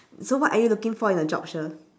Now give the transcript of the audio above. so what are you looking for in a job shir